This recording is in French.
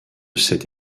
cet